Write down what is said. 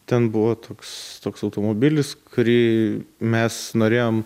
ten buvo toks toks automobilis kurį mes norėjom